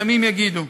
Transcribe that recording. ימים יגידו.